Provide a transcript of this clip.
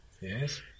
Yes